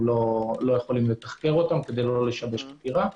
אנחנו לא יכולים לתחקר אותם כדי לא לשבש חקירה,